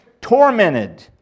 tormented